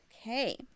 okay